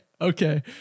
okay